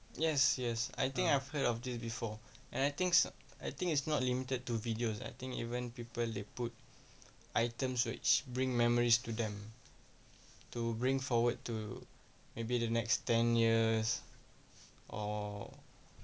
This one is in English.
yes yes I think I've heard of this before and I think so I think is not limited to videos uh I think even people they put items which bring memories to them to bring forward to maybe the next ten years or